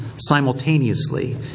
Simultaneously